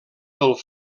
del